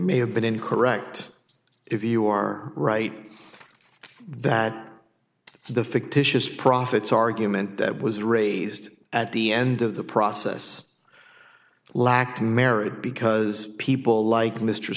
may have been correct if you are right that the fictitious profits argument that was raised at the end of the process lacked merit because people like mr